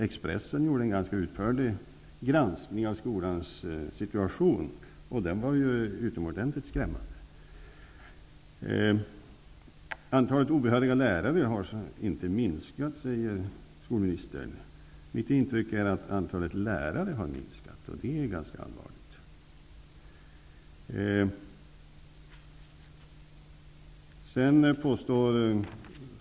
Expressen gjorde en ganska utförlig granskning av skolans situation, och den var utomordentligt skrämmande. Skolministern säger att antalet obehöriga lärare har minskat. Mitt intryck är att antalet lärare har minskat, vilket är ganska allvarligt.